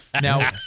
Now